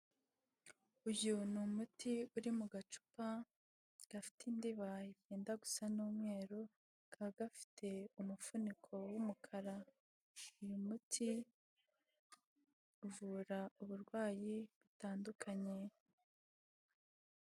Uyu ni umuti uri mu gacupa gafite indiba yenda gusa n'umweru, kakaba gafite umufuniko w'umukara, uyu muti uvura uburwayi butandukanye.